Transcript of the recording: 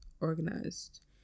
organized